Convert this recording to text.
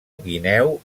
guineu